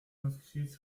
inscrits